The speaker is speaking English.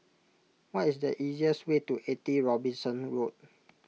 what is the easiest way to eighty Robinson Road